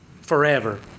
forever